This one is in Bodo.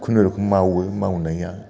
खुनुरुखुम मावो मावनाया